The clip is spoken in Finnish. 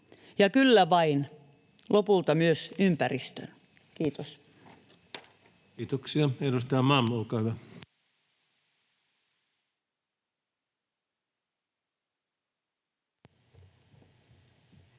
ja kyllä vain, lopulta myös ympäristön. — Kiitos. Kiitoksia. — Edustaja Malm, olkaa hyvä. Arvoisa